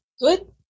good